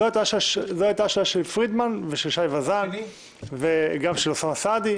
זו הייתה השאלה של פרידמן ושל שי ווזאן וגם של אוסאמה סעדי.